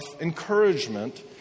encouragement